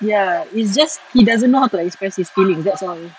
ya it's just he doesn't know how to express his feelings that's all